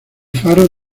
faro